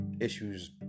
issues